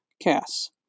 Cass